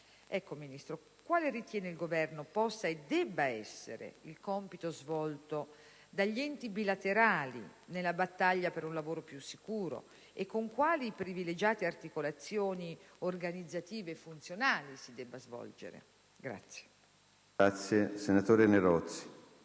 quale ritiene il Governo possa e debba essere il compito svolto dagli enti bilaterali nella battaglia per un lavoro più sicuro, e con quali privilegiate articolazioni organizzative e funzionali si debba svolgere?